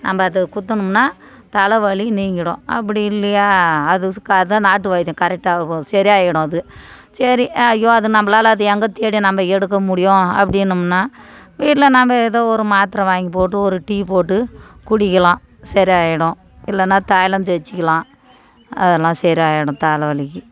நம்ம அதை குத்தணும்னா தலைவலி நீங்கிடும் அப்படி இல்லையா அது அதான் நாட்டு வைத்தியம் கரெக்டாக சரியாகிடும் அது சரி ஐயோ அது நம்மளால அது எங்கே தேடி நம்ம எடுக்க முடியும் அப்படினோம்னா வீட்டில் நாம் ஏதோ ஒரு மாத்திர வாங்கி போட்டு ஒரு டீ போட்டு குடிக்கலாம் சரியாகிடும் இல்லைன்னா தைலம் தேய்ச்சிக்கலாம் அதெல்லாம் சரியாகிடும் தலைவலிக்கு